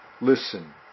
listen